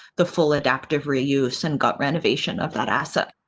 the full adaptive reuse, and got renovation of that asset.